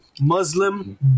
Muslim